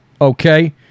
okay